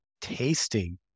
tasting